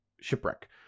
shipwreck